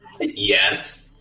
Yes